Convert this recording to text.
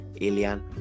alien